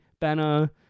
banner